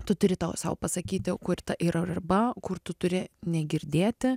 tu turi to sau pasakyti kur ta yra riba kur tu turi negirdėti